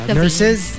nurses